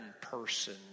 person